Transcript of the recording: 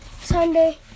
Sunday